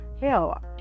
Hell